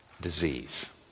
disease